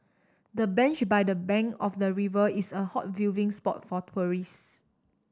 the bench by the bank of the river is a hot viewing spot for tourist